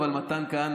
מתן כהנא,